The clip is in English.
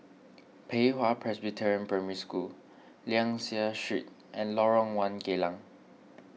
Pei Hwa Presbyterian Primary School Liang Seah Street and Lorong one Geylang